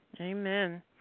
Amen